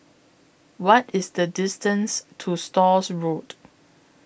What IS The distance to Stores Road